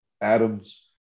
Adams